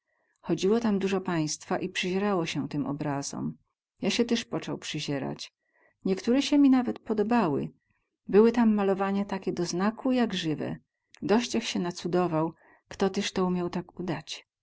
chodziło tam duzo państwa i przyzierało sie tym obrazom ja sie tyz pocął przyzierać niektore sie mi podobały były tam malowania takie do znaku jak zywe dość ech sie nacudował kto tyz to umiał tak udać